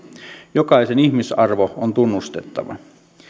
jokaisen ihmisarvo on tunnustettava